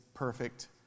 Perfect